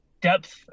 depth